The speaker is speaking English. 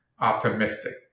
optimistic